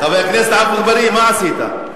חבר הכנסת עפו אגבאריה, מה עשית?